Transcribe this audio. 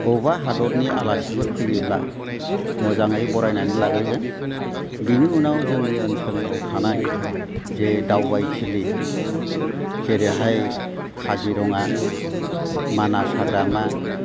अबेबा हादरनि आलासिफोर फैयोब्ला मोजाङै बरायनानै लाग्रोगोन बेनि उनाव जोंनि ओनसोलाव थानाय जे दावबायथिलि जेरैहाय काजिरङा मानास हाग्रामा